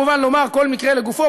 כמובן: כל מקרה לגופו,